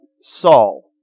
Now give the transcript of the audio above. Saul